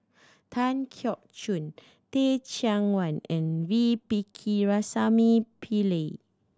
Tan Keong Choon Teh Cheang Wan and V Pakirisamy Pillai